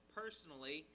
personally